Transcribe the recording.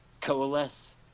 coalesce